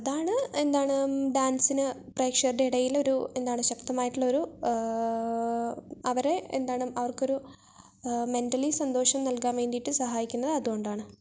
അതാണ് എന്താണ് ഡാൻസിന് പ്രേക്ഷകരുടെ ഇടയിലൊരു എന്താണ് ശക്തമായിട്ടുള്ളൊരു അവരെ എന്താണ് അവർക്കൊരു മെൻ്റലി സന്തോഷം നല്കാൻ വേണ്ടിയിട്ട് സഹായിക്കുന്നത് അതുകൊണ്ടാണ്